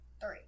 Three